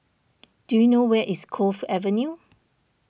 do you know where is Cove Avenue